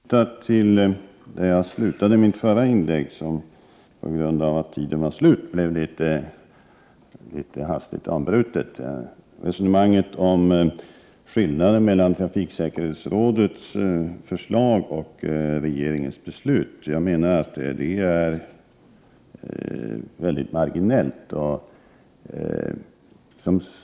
Herr talman! På grund av att min taletid tog slut blev mitt förra inlägg litet hastigt avbrutet. Jag vill fortsätta resonemanget där jag slutade, om skillnaden mellan trafiksäkerhetsrådets förslag och regeringens beslut. Jag menar att skillnaden är mycket marginell.